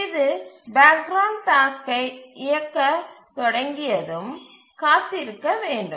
இது background டாஸ்க்கை இயக்கத் தொடங்கியதும் காத்திருக்க வேண்டும்